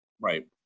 right